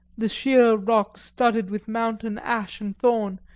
the sheer rock studded with mountain ash and thorn,